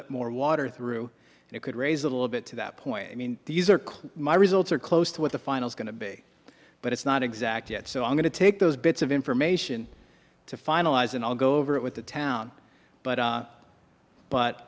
let more water through and it could raise a little bit to that point i mean these are clues my results are close to what the final is going to be but it's not exact yet so i'm going to take those bits of information to finalize and i'll go over it with the town but